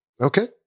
okay